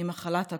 ממחלת הקורונה,